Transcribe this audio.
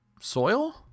soil